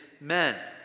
men